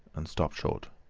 and stopped short.